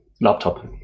laptop